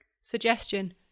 Suggestion